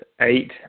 eight